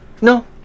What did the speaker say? No